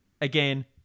Again